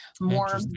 more